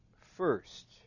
first